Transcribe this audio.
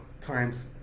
times